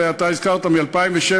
ואתה הזכרת מ-2007,